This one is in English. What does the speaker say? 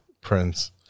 Prince